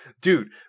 Dude